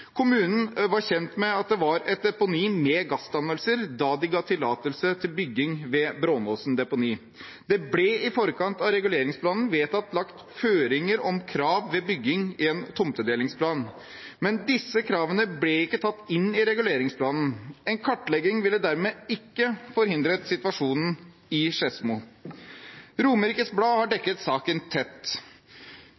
Kommunen var kjent med at det var et deponi med gassdannelser da de ga tillatelse til bygging ved Brånåsen deponi. Det ble i forkant av reguleringsplanen vedtatt lagt føringer om krav ved bygging i en tomtedelingsplan, men disse kravene ble ikke tatt inn i reguleringsplanen. En kartlegging ville dermed ikke forhindret situasjonen i Skedsmo. Romerikes Blad har